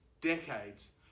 decades